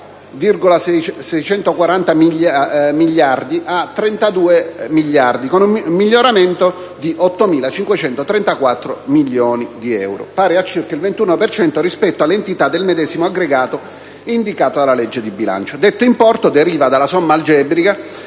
infatti da 40.640 milioni a 32.107 milioni, con un miglioramento di 8.534 milioni di euro, pari a circa il 21 per cento rispetto all'entità del medesimo aggregato indicata dalla legge di bilancio; detto importo deriva dalla somma algebrica